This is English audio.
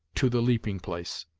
to the leaping place.